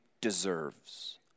deserves